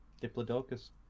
Diplodocus